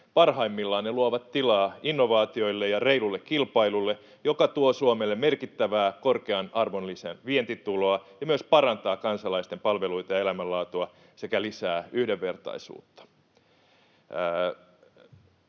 Parhaimmillaan ne luovat tilaa innovaatioille ja reilulle kilpailulle, jotka tuovat Suomelle merkittävää korkean arvonlisän vientituloa ja myös parantavat kansalaisten palveluita ja elämänlaatua sekä lisäävät yhdenvertaisuutta.